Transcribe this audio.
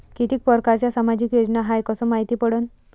कितीक परकारच्या सामाजिक योजना हाय कस मायती पडन?